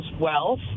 wealth